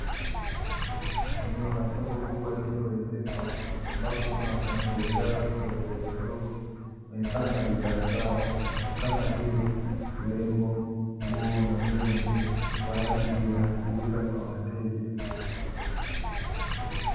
Eneo la soko kubwa lililowezekwa, ambapo kuna wafanyabiashara wengi wadogo wadogo, wameipanga bidhaa zao, kama vile urembo, nguo na vyombo, kwa ajili ya kuuza kwa wateja.